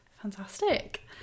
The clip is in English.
fantastic